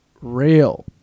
real